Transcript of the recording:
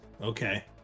Okay